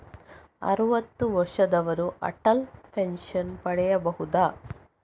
ಅರುವತ್ತು ವರ್ಷದವರು ಅಟಲ್ ಪೆನ್ಷನ್ ಪಡೆಯಬಹುದ?